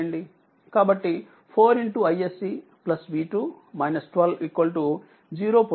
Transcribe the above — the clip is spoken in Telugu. కాబట్టి 4 iSC V2 12 0 పొందుతారు